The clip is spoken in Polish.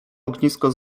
ognisko